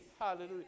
Hallelujah